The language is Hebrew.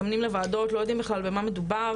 מזמנים לוועדות לא יודעים בכלל במה מדובר.